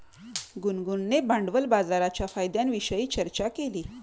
गुनगुनने भांडवल बाजाराच्या फायद्यांविषयी चर्चा केली